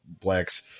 Black's